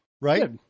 Right